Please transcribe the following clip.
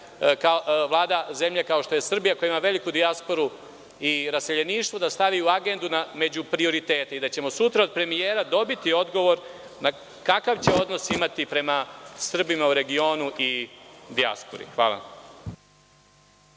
Vlada zemlje kao što je Srbija, koja ima veliku dijasporu i reseljeništvo, u agendu među prioritete i da ćemo sutra od premijera dobiti odgovor kakav će odnos imati prema Srbima u regionu i dijaspori. Hvala.